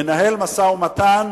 מנהל משא-ומתן